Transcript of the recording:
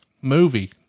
movie